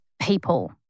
people